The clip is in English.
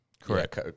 Correct